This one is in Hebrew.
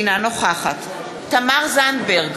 אינה נוכחת תמר זנדברג,